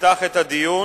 יפתח את הדיון